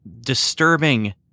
disturbing